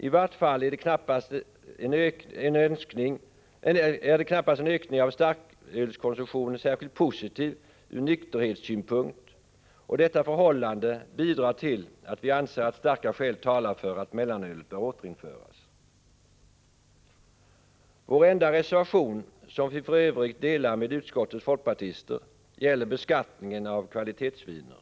I varje fall är knappast en ökning av starkölskonsumtionen särskilt positiv ur nykterhetssynpunkt. Detta förhållande bidrar till att vi anser att starka skäl talar för att mellanölet bör återinföras. Vår enda reservation, som vi för övrigt delar med utskottets folkpartister, gäller beskattningen av kvalitetsviner.